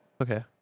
Okay